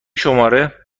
شماره